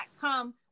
come